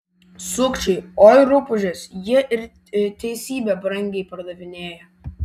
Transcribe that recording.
sukčiai oi rupūžės jie ir teisybę brangiai pardavinėja